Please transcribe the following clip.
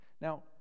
Now